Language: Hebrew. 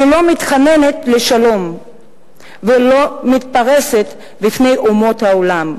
שלא מתחננת לשלום ולא מתרפסת בפני אומות העולם,